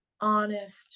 honest